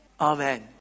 Amen